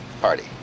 party